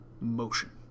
motion